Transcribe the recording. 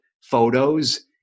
photos